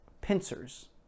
pincers